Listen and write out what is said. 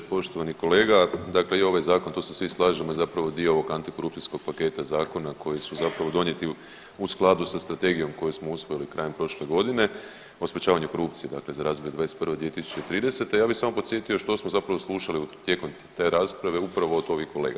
Poštovani kolega, dakle i ovaj zakon, to se svi slažemo je zapravo dio ovog antikorupcijskog paketa zakona koji su zapravo donijeti u skladu sa strategijom koju smo usvojili krajem prošle godine, o sprječavanju korupcije dakle za razdoblje '21.-2030., ja bi samo podsjetio što smo zapravo slušali tijekom te rasprave upravo od ovih kolega.